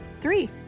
three